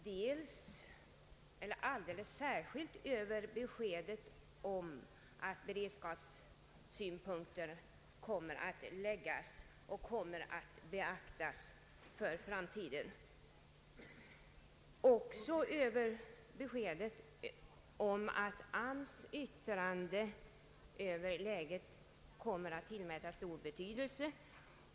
Jag är särskilt glad över beskedet att beredskapssynpunkter kommer att läggas och beaktas för framtiden och att AMS:s yttranden kommer att tillmätas stor betydelse.